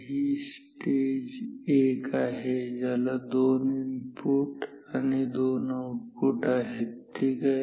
तर ही स्टेज एक आहे ज्याला दोन इनपुट आणि दोन आउटपुट आहेत ठीक आहे